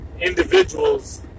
individuals